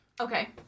Okay